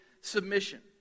submission